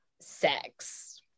sex